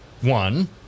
one